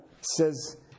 says